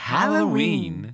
Halloween